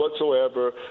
whatsoever